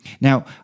Now